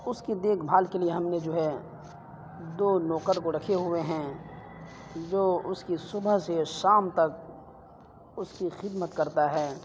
اس کی دیکھ بھال کے لیے ہم نے جو ہے دو نوکر کو رکھے ہوئے ہیں جو اس کی صبح سے شام تک اس کی خدمت کرتا ہے